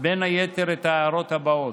בין היתר את ההערות הבאות: